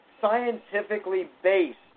scientifically-based